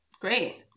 Great